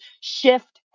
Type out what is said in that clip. shift